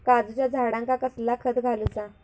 काजूच्या झाडांका कसला खत घालूचा?